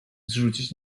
zrzucić